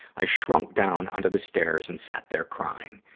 i shrunk down onto the stairs and sat there crying.